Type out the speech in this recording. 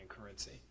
currency